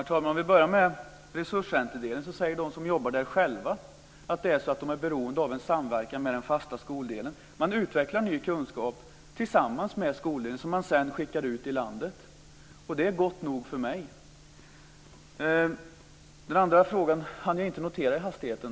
Herr talman! Jag börjar med frågan om resurscentrumverksamheten. De som jobbar där säger själva att de är beroende av en samverkan med den fasta skoldelen. Man utvecklar tillsammans med skoldelen ny kunskap, som man sedan skickar ut i landet, och det är gott nog för mig. Den andra frågan hann jag inte notera i hastigheten.